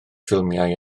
ffilmiau